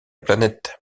planète